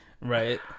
Right